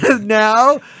now